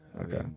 Okay